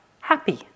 happy